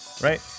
right